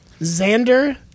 Xander